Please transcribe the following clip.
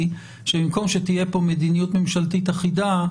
שבמקום שתהיה כאן מדיניות ממשלתית אחידה,